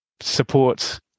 support